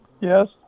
Yes